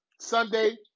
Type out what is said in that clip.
Sunday